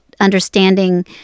understanding